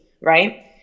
Right